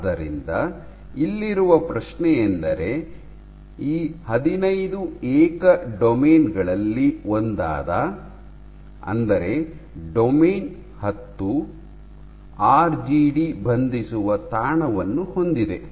ಆದ್ದರಿಂದ ಇಲ್ಲಿರುವ ಪ್ರಶ್ನೆಯೆಂದರೆ ಈ ಹದಿನೈದು ಏಕ ಡೊಮೇನ್ ಗಳಲ್ಲಿ ಒಂದಾದ ಅಂದರೆ ಡೊಮೇನ್ ಹತ್ತು ಆರ್ಜಿಡಿ ಬಂಧಿಸುವ ತಾಣವನ್ನು ಹೊಂದಿದೆ